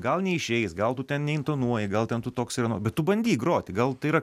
gal neišeis gal tu ten neintonuoji gal ten tu toks ir ano bet tu bandyk groti gal tai yra